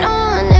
on